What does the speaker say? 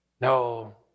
No